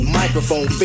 microphone